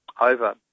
over